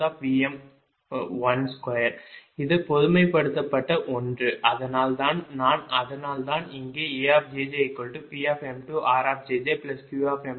5Vm12 இது பொதுமைப்படுத்தப்பட்ட ஒன்று அதனால் தான் நான் அதனால்தான் இங்கே AjjPm2rjjQm2xjj 0